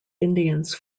indians